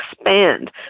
expand